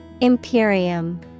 Imperium